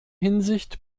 hinsicht